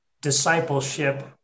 discipleship